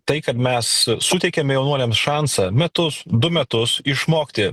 tai kad mes suteikiame jaunuoliams šansą metus du metus išmokti